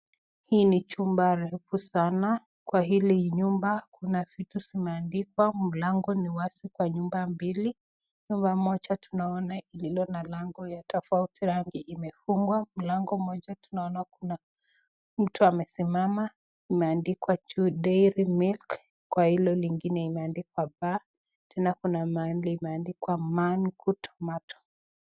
Hii ni chumba refu sana kwa hili nyumba kuna vitu zimeandikwa mlango ni wazi kwa nyumba mbili nyumba moja tunaona lililona na lango la tofauti rangi limefungwa mlango moja tunaona kuna mtu amesimama imeandikwa juu dairy milk kwa hilo lingine limeandikwa bar tena kuna mahali limeandikwa man good tomato